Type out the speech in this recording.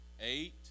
eight